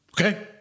okay